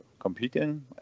Competing